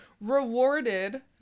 rewarded